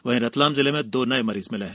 वहीं रतलाम जिले में दो नये मरीज मिले हैं